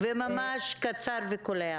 קצר,